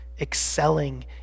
excelling